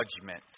judgment